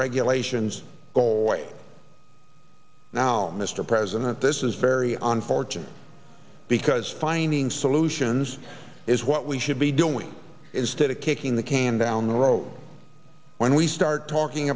regulations goal now mr president this is very unfortunate because finding solutions is what we should be doing instead of kicking the can down the road when we start talking